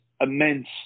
immense